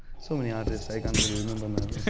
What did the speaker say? so many artists. i can't really remember now.